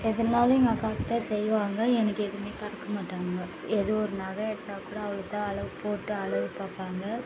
எதன்னாலும் எங்கள் அக்காக்கு தான் செய்வாங்க எனக்கு எதுவுமே காட்டிக்கமாட்டாங்க ஏதோ ஒரு நகை எடுத்தால் கூட அவளுக்கு தான் அளவு போட்டு அழகு பார்ப்பாங்க